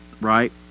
right